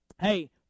Hey